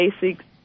basic